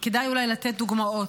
כדאי אולי לתת דוגמאות,